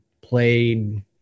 played